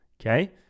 Okay